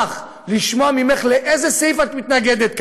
אני אשמח לשמוע ממך לאיזה סעיף את מתנגדת כאן.